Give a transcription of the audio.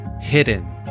hidden